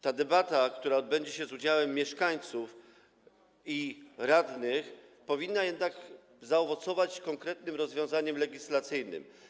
Ta debata, która odbędzie się z udziałem mieszkańców i radnych, powinna jednak zaowocować konkretnym rozwiązaniem legislacyjnym.